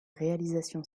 réalisation